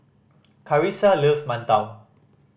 Karissa loves mantou